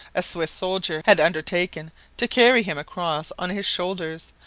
a swiss soldier had undertaken to carry him across on his shoulders,